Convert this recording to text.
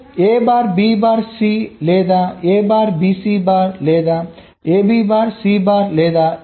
A bar B bar C లేదా A bar BCబార్ లేదా AB బార్ Cబార్ లేదా ABC